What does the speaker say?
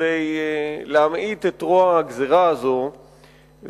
כדי להמעיט את גודל הגזירה הזאת ולייצר